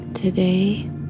Today